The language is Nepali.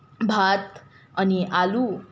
भात अनि आलु